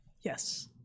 Yes